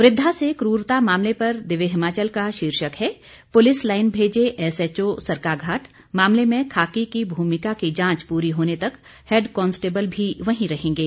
वृद्धा से कूरता मामले पर दिव्य हिमाचल का शीर्षक है पुलिस लाइन भेजे एसएचओ सरकाघाट मामले में खाकी की भूमिका की जांच पूरी होने तक हैड कांस्टेबल भी वहीं रहेंगे